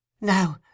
Now